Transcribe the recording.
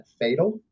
fatal